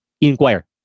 inquire